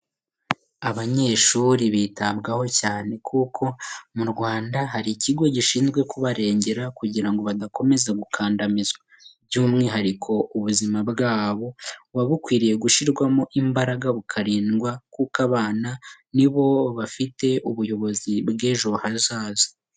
Abanyeshuri bitabwaho cyane kuko mu Rwanda hari ikigo gishinzwe kubarengera kugira ngo badakomeza gukandamizwa. By'umwihariko ubuzima bwabo buba bukwiriye gushyirwamo imbaraga bukarindwa kuko abana ni bo bafite ubuyobozi bw'ejo hazaza.